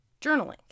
journaling